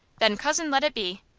then cousin let it be!